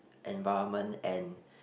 environment and